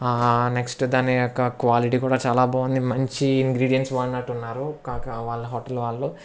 next దాని యొక్క quality కూడా చాలా బాగుంది మంచి ఇంగ్రీడియన్స్ వాడినట్టు ఉన్నారు కాక వాళ్ళ హోటల్ వాళ్ళు